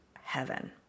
heaven